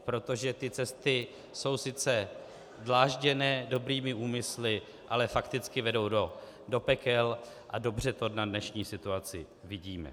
Protože cesty jsou sice dlážděné dobrými úmysly, ale fakticky vedou do pekel a dobře to na dnešní situaci vidíme.